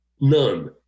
None